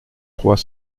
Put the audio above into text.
trois